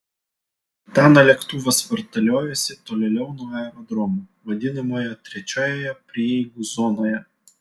antano lėktuvas vartaliojosi tolėliau nuo aerodromo vadinamoje trečioje prieigų zonoje